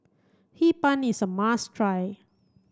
Hee Pan is a must try